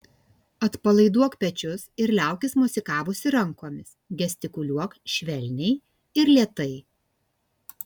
atpalaiduok pečius ir liaukis mosikavusi rankomis gestikuliuok švelniai ir lėtai